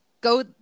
go